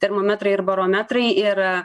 termometrai ir barometrai ir